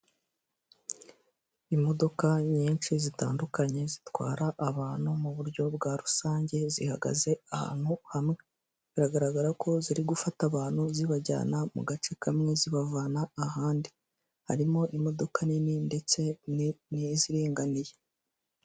Imodoka nyinshi zitandukanye zitwara abantu mu buryo bwa rusange zihagaze ahantu hamwe biragaragara ko ziri gufata abantu zibajyana mu gace kamwe zibavana ahandi. Harimo imodoka nini ndetse n'iziringaniye.